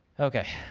okay.